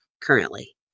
currently